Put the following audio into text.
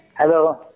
Hello